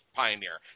pioneer